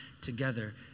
together